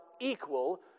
equal